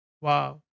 Wow